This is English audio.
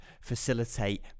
facilitate